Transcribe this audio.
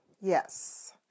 Yes